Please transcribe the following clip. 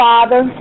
Father